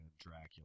Dracula